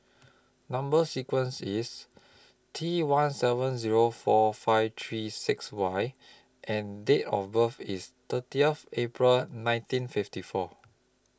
Number sequence IS T one seven Zero four five three six Y and Date of birth IS thirty April nineteen fifty four